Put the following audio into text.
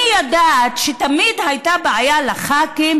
אני יודעת שתמיד הייתה בעיה לח"כים